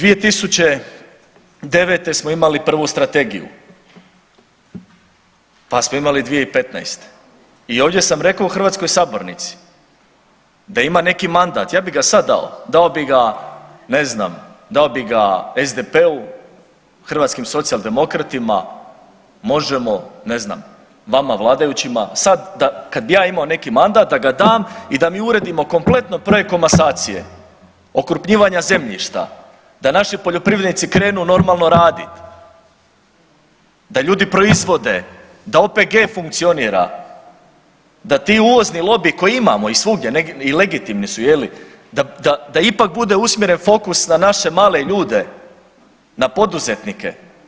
2009. smo imali prvu strategiju, pa smo imali 2015. i ovdje sam rekao u hrvatskoj sabornici da ima neki mandat ja bih ga sad dao, dao bi ga ne znam, dao bi ga SDP-u, hrvatskim socijaldemokratima, Možemo, ne znam, vama vladajućima, sad kad bi ja imao neki mandat da ga dam i da mi uredimo kompletno projekt komasacije, okrupnjivanja zemljišta, da naši poljoprivrednici krenu normalno raditi, da ljudi proizvode, da OPG funkcionira, da ti uvozni lobiji koji, imamo ih svugdje i legitimni su je li, da ipak bude usmjeren fokus na naše male ljude, na poduzetnike.